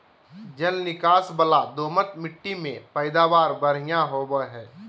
जल निकास वला दोमट मिट्टी में पैदावार बढ़िया होवई हई